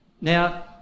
Now